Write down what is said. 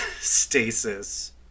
stasis